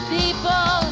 people